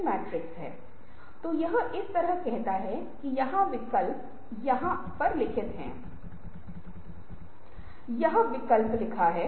अपने विश्वास तर्कसंगतता का निलंबन सस्पेंशन Suspension और जैसा कि मैंने आपको बताया कि इसे करने के लिए आप इस स्लाइड को देख सकते हैं